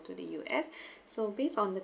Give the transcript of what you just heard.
to the U_S so based on the